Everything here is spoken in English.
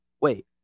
Wait